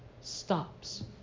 stops